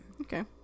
okay